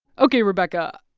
ok, rebecca,